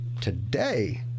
today